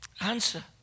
Answer